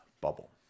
bubble